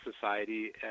society